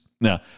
Now